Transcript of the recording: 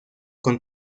con